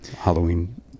Halloween